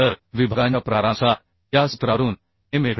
तर विभागांच्या प्रकारानुसार या सूत्रावरून Mfd